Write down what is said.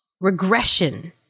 regression